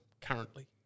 currently